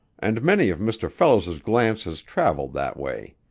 and many of mr. fellows's glances traveled that way.